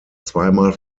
zweimal